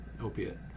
opiate